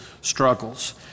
struggles